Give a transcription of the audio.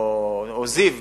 או "בית-חולים זיו בצפת",